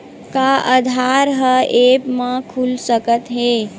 का आधार ह ऐप म खुल सकत हे?